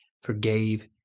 Forgave